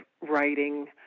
writing